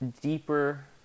deeper